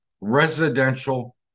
residential